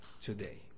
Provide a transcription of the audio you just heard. today